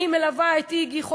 אני מלווה את "איגי",